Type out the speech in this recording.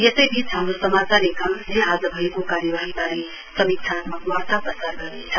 यसै बीच हाम्रो समाचार एकांशले आज भएको कार्यवाही समीक्षात्मक वार्ता प्रसार गरिरेछ